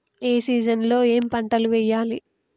ఏ season లో ఏం పంటలు వెయ్యాలి?